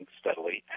steadily